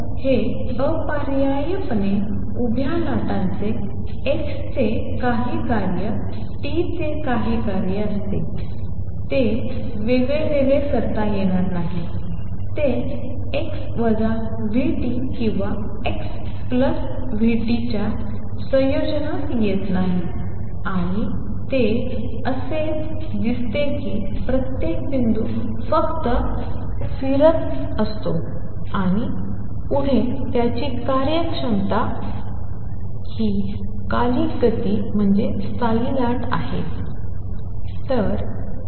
तर अपरिहार्यपणे उभ्या लाटाचे x चे काही कार्य t चे इतर काही कार्य असते ते वेगळे करता येते ते x vt किंवा xvt च्या संयोजनात येत नाही आणि असे दिसते की प्रत्येक बिंदू फक्त परत फिरत आहे आणि पुढे त्याची कार्यक्षम नियतकालिक गती म्हणजे स्थायी लाट आहे